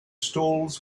stalls